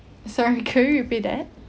sorry can you repeat it